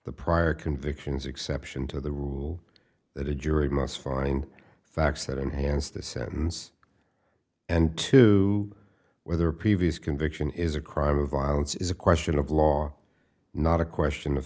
the prior convictions exception to the rule that a jury must find facts that enhance the sentence and two whether previous conviction is a crime of violence is a question of law not a question of